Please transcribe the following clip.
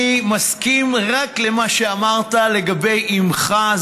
אני מסכים רק למה שאמרת לגבי אימך,